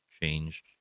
changed